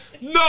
No